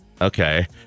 Okay